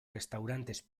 restaurantes